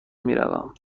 میروم